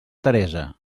teresa